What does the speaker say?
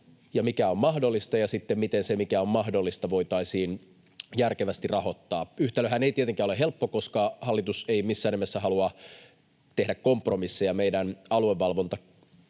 mikä on mahdollista, ja sitten, miten se, mikä on mahdollista, voitaisiin järkevästi rahoittaa. Yhtälöhän ei tietenkään ole helppo, koska hallitus ei missään nimessä halua tehdä kompromisseja meidän aluevalvontakyvyn